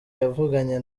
yavuganye